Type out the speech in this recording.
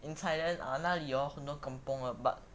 in thailand ah 那里 hor 有很多 kampung lah but